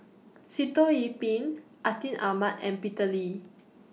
Sitoh Yih Pin Atin Amat and Peter Lee